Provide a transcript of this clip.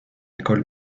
école